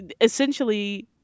essentially